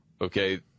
Okay